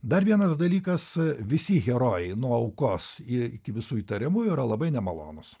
dar vienas dalykas visi herojai nuo aukos iki visų įtariamųjų yra labai nemalonūs